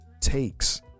takes